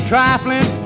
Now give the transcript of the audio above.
Trifling